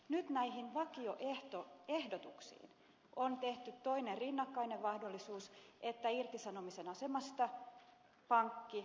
nyt näihin vakioehtoehdotuksiin on tehty toinen rinnakkainen mahdollisuus että irtisanomisen asemasta pankki korottaakin velan korkoa